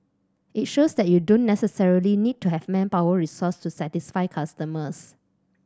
it shows that you don't necessarily need to have manpower resource to satisfy customers